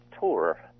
tour